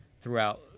throughout